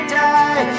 die